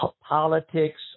politics